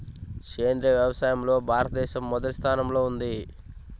సేంద్రీయ వ్యవసాయంలో భారతదేశం మొదటి స్థానంలో ఉంది